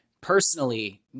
personally